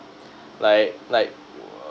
like like